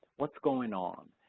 what's going on?